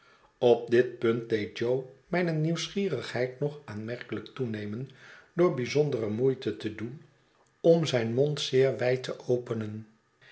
op dit punt deed jo mijne nieuwsgierigheid nog aanmerkelijk toenemen door bijzondere moeite te doen om zijn mond zeer wijd te openen